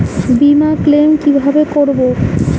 বিমা ক্লেম কিভাবে করব?